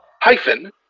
hyphen